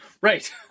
Right